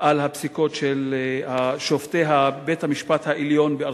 על הפסיקות של שופטי בית-המשפט העליון בארצות-הברית.